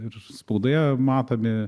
ir spaudoje matomi